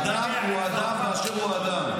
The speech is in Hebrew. אדם הוא אדם באשר הוא אדם.